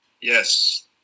Yes